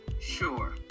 Sure